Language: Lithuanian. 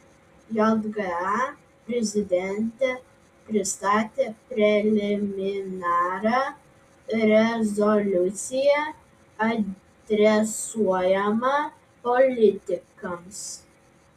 jga prezidentė pristatė preliminarią rezoliuciją adresuojamą politikams